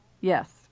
Yes